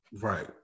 right